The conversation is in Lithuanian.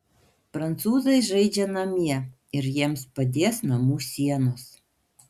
prancūzai žaidžia namie ir jiems padės namų sienos